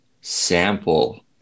sample